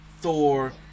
thor